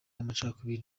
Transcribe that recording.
amacakubiri